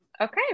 Okay